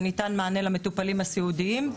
וניתן מענה למטופלים הסיעודיים.